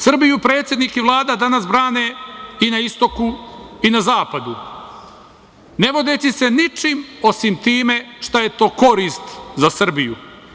Srbiju predsednik i Vlada danas brane i na istoku i na zapadu, ne vodeći se ničim osim time šta je to korist za Srbiju.